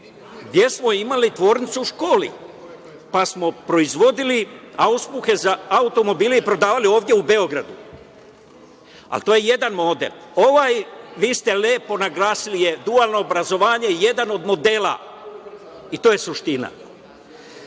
gde smo imali tvornicu u školi, pa smo proizvodili auspuhe za automobile i prodavali ovde u Beogradu, ali to je jedan model. Vi ste lepo objasnili, dualno obrazovanje je jedan od modela i to je suština. Dakle,